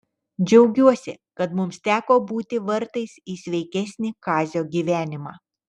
džiaugiuosi kad mums teko būti vartais į sveikesnį kazio gyvenimą